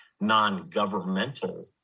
non-governmental